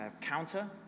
counter